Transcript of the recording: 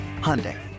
hyundai